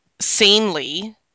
sanely